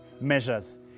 measures